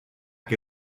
que